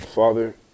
Father